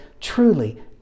truly